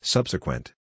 Subsequent